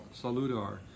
Saludar